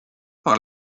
par